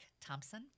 Thompson